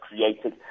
created